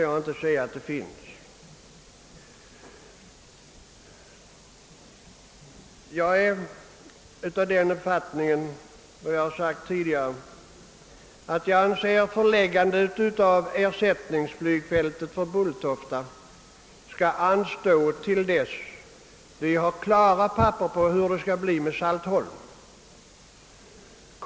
Jag har den uppfattningen — och den har jag framfört tidigare — att förläggandet av ersättningsflygplatsen för Bulltofta bör anstå till dess att vi har klara besked om hur det skall bli med Saltholm.